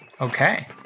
Okay